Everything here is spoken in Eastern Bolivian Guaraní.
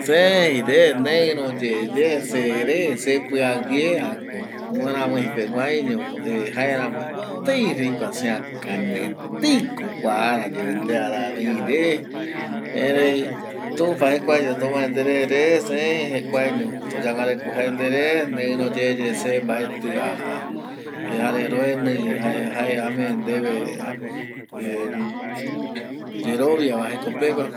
Sei re neiro yeye se re sepia guie a ko miramii peguaño eh jaeramoetei reikua seakañi etei ko kua ara yepe ndeara rei re, erei tumpa jekuaeño tomae ndere re sei jekuaeño toyangareko jae ndere, neiro yeye se mbaeti aja jare roenii jae ame nde apo eh yerovia va jekopegua